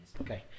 Okay